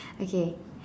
okay